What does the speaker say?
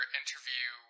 interview